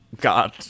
God